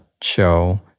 show